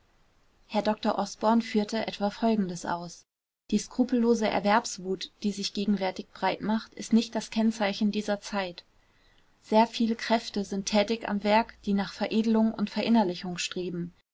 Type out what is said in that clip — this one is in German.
herr dr osborn führte etwa folgendes aus die skrupellose erwerbswut die sich gegenwärtig breit macht ist nicht das kennzeichen dieser zeit sehr viel kräfte sind tätig am werk die nach veredelung und verinnerlichung streben